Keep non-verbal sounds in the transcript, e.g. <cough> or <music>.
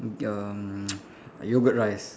um <noise> yogurt rice